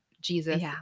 Jesus